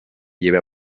lleve